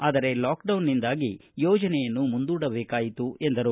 ಆದರೆ ಲಾಕ್ಡೌನ್ನಿಂದಾಗಿ ಯೋಜನೆಯನ್ನು ಮುಂದೂಡಬೇಕಾಯಿತು ಎಂದರು